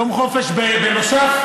יום חופש בנוסף?